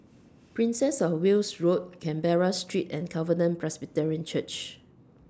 Princess of Wales Road Canberra Street and Covenant Presbyterian Church